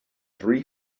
three